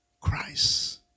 Christ